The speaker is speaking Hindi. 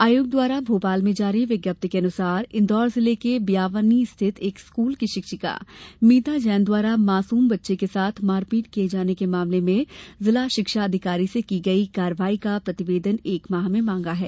आयोग द्वारा भोपाल में जारी विज्ञप्ति के अनुसार इन्दौर जिले के बियावानी स्थित एक स्कूल की शिक्षिका मीता जैन द्वारा मासूम के साथ मारपीट किये जाने के मामले में जिला शिक्षा अधिकारी से की गई कार्यवाही का प्रतिवेदन एक माह में मांगा है